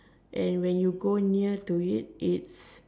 and when you go near to it it's